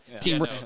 team